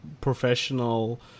professional